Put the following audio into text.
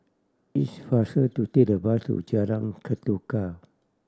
it's faster to take the bus to Jalan Ketuka